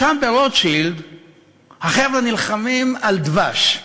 שם ברוטשילד החבר'ה נלחמים על דבש,